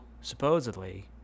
supposedly